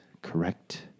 Correct